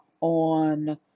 on